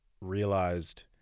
realized